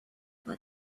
but